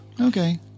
Okay